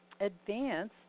advance